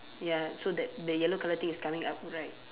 ya so that the yellow colour thing is coming up right